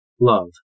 love